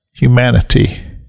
Humanity